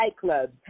nightclubs